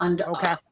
Okay